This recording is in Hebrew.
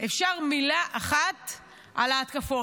אפשר מילה אחת על ההתקפות.